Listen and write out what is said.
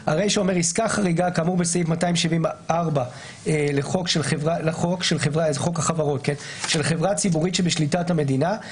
יבוא: "עסקה חריגה של חברה ציבורית שבשליטת המדינה 2ב. עסקה